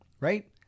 right